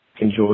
Enjoy